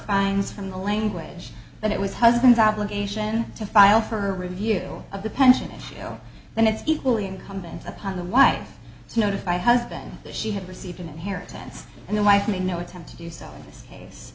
finds from the language that it was husband's obligation to file for review of the pension then it's equally incumbent upon the wife to notify husband that she had received an inheritance and the wife made no attempt to do so in this case